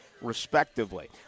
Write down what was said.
respectively